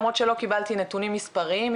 למרות שלא קיבלתי נתונים מספריים,